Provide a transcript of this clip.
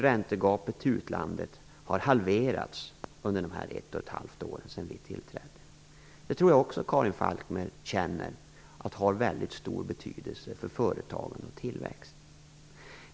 Räntegapet till utlandet har halverats under den period på ett och ett halvt år som har gått sedan vi tillträdde. Jag tror att Karin Falkmer också känner att det har väldigt stor betydelse för företagande och tillväxt.